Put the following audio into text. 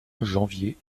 janvier